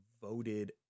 voted